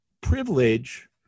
privilege